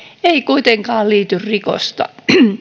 ei kuitenkaan liity rikosta